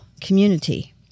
community